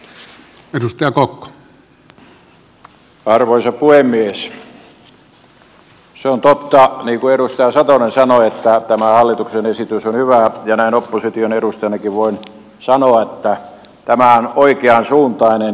se on totta niin kuin edustaja satonen sanoi että tämä hallituksen esitys on hyvä ja näin opposition edustajanakin voin sanoa että tämä on oikeansuuntainen